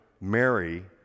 Mary